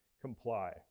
comply